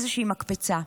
איזושהי מקפצה.